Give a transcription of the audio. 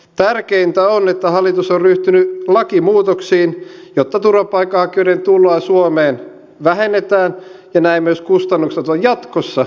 tärkeintä on että hallitus on ryhtynyt lakimuutoksiin jotta turvapaikanhakijoiden tuloa suomeen vähennetään ja näin myös kustannukset ovat jatkossa selvästi pienemmät